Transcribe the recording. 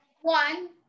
One